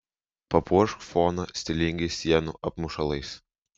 papuošk foną stilingais sienų apmušalais